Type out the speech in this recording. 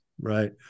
Right